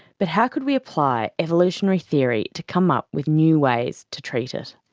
but how could we apply evolutionary theory to come up with new ways to treat it?